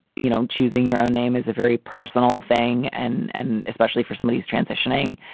you know, choosing your own name is a very personal thing and and especially for somebody is transitioning.